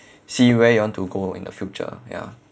see where you want to go in the future ya